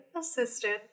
assistant